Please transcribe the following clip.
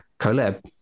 collab